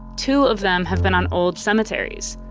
two of them have been on old cemeteries.